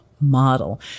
model